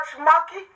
Monkey